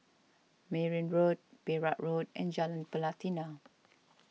Merryn Road Perak Road and Jalan Pelatina